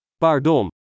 Pardon